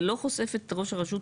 זה לא חושף את ראש הרשות?